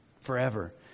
forever